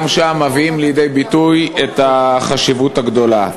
גם שם מביאים לידי ביטוי את החשיבות הגדולה.